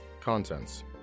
Contents